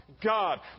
God